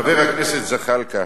חבר הכנסת זחאלקה,